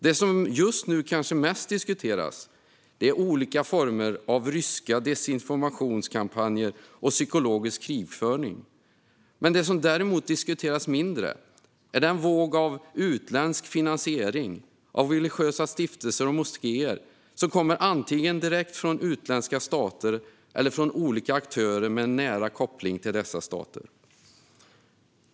Det som kanske diskuteras mest just nu är olika former av ryska desinformationskampanjer och psykologisk krigföring. Det som däremot diskuteras mindre är den våg av utländsk finansiering av religiösa stiftelser och moskéer som kommer antingen direkt från andra stater eller från olika aktörer med en nära koppling till dessa stater.